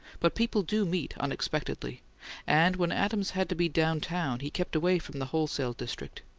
but people do meet unexpectedly and when adams had to be down-town he kept away from the wholesale district.